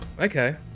Okay